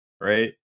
right